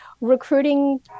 recruiting